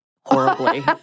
Horribly